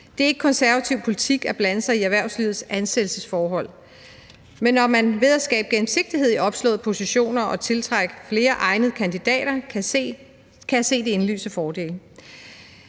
Det er ikke konservativ politik at blande sig i erhvervslivets ansættelsesforhold, men når man ved at skabe gennemsigtighed i opslåede positioner tiltrækker flere egnede kandidater, kan jeg se de indlysende fordele.